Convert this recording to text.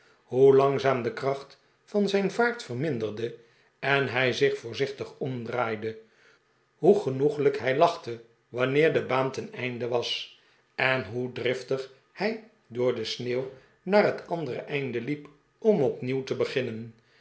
hoe langzaam de kracht van zijn vaart verminderde en hij zich voorzichtig omdraaide hoe genoeglijk hij lachte wanneer hij de baan ten einde was en hoe driftig hij door de sneeuw naar het andere einde liep om opnieuw te beginnen